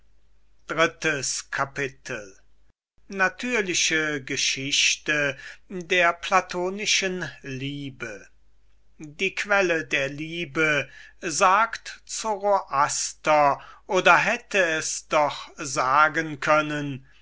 fünftes kapitel natürliche geschichte der platonischen liebe die quelle der liebe sagt zoroaster oder hätte es doch sagen können